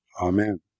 Amen